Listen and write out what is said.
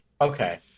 okay